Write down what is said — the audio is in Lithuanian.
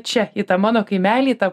čia į tą mano kaimelį į tą